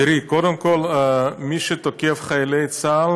קודם כול, מי שתוקף חיילי צה"ל